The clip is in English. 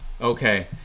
Okay